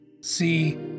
See